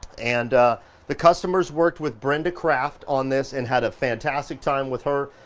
and the customers worked with brenda kraft on this and had a fantastic time with her.